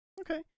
okay